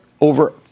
Over